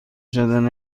شدن